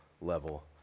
level